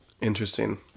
Interesting